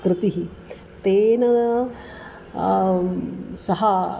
कृतिः तेन सः